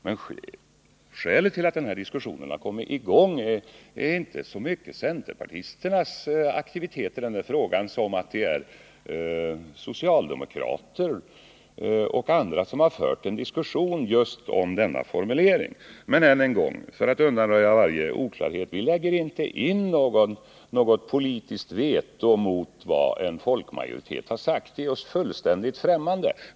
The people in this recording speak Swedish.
Men skälet till att denna diskussion har kommit i gång är inte så mycket centerpartisternas aktiviteter i denna fråga som det faktum att socialdemokrater och andra har fört en diskussion om just denna formulering. Än en gång för att undanröja varje oklarhet: Vi lägger inte in något politiskt veto mot vad en folkmajoritet har uttalat. Detta är oss fullständigt fträmmande.